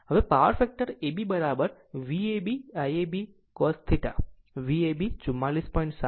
હવે જો power factor abVab Iab cos θ Vab 44